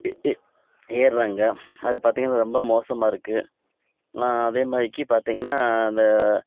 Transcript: ஏ ஏ ஏறுகிறாங்க அது பார்த்தீங்கன்னா ரொம்ப மோசமாக இருக்குது நான் அதே மாதிரிக்கி பார்த்தீங்கன்னா அந்த